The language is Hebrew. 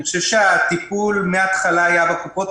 אני חושב שהטיפול מן ההתחלה היה בקופות,